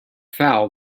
foul